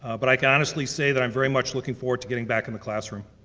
ah but i can honestly say that i'm very much looking forward to getting back in the classroom.